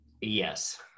Yes